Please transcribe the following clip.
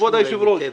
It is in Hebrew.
כבוד היושב ראש,